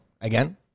again